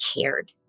cared